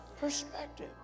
perspective